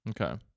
Okay